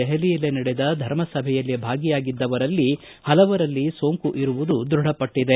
ದೆಪಲಿಯಲ್ಲಿ ನಡೆದ ಧರ್ಮಸಭೆಯಲ್ಲಿ ಭಾಗಿಯಾಗಿದ್ದವರಲ್ಲಿ ಪಲವರಲ್ಲಿ ಸೋಂಕು ಇರುವುದು ದೃಢಪಟ್ಟದೆ